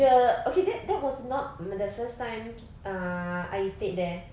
the okay that that was not the first time uh I stayed there